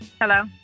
Hello